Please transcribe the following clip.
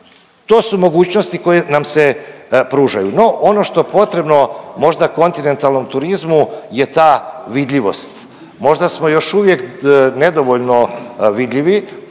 to su mogućnosti koje nam se pružaju. No ono što je potrebno možda kontinentalnom turizmu je ta vidljivost, možda smo još uvijek nedovoljno vidljivi,